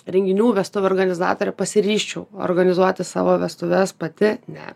renginių vestuvių organizatorė pasiryžčiau organizuoti savo vestuves pati ne